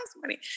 money